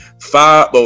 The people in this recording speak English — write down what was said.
five